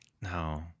No